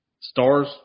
stars